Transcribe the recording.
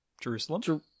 jerusalem